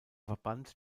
verband